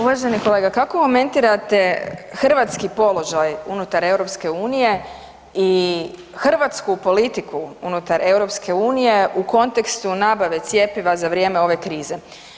Uvaženi kolega, kako komentirate hrvatski položaj unutar EU i hrvatsku politiku unutar EU u kontekstu nabave cjepiva za vrijeme ove krize?